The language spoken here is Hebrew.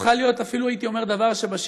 הפכה להיות אפילו הייתי אומר דבר שבשגרה,